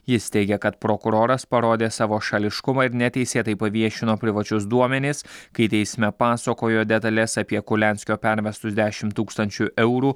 jis teigia kad prokuroras parodė savo šališkumą ir neteisėtai paviešino privačius duomenis kai teisme pasakojo detales apie kurlianskio pervestus dešimt tūkstančių eurų